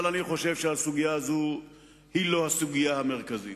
אבל אני חושב שהסוגיה הזאת היא לא הסוגיה המרכזית.